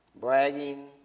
bragging